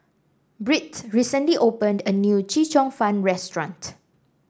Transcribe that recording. Britt recently opened a new Chee Cheong Fun restaurant